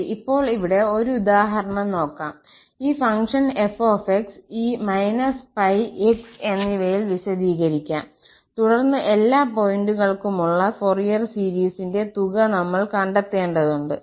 ശരി ഇപ്പോൾ ഇവിടെ ഒരു ഉദാഹരണം നോക്കാം ഈ ഫംഗ്ഷൻ f𝑥 ഈ −𝜋 x എന്നിവയാൽ വിശദീകരിക്കാം തുടർന്ന് എല്ലാ പോയിന്റുകൾക്കുമുള്ള ഫൊറിയർ സീരീസിന്റെ തുക നമ്മൾ കണ്ടെത്തേണ്ടതുണ്ട്